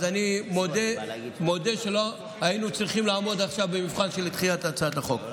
אני מודה על שלא היינו צריכים לעמוד עכשיו במבחן של דחיית הצעת החוק.